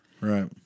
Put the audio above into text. Right